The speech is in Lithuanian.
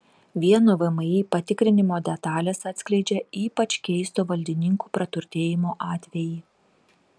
vieno vmi patikrinimo detalės atskleidžia ypač keisto valdininkų praturtėjimo atvejį